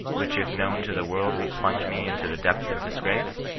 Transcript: which if known to the world would plunge me into the depths of disgrace?